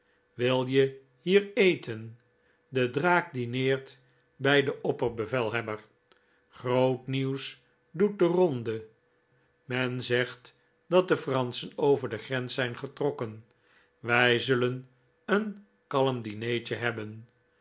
wil je hier eten de draak dineert bij den opperbevelhebber groot nieuws doet de ronde men zegt dat de franschen over de grens zijn getrokken wij zullen een kalm dineetje hebben